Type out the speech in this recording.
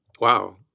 Wow